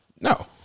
no